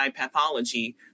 pathology